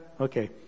Okay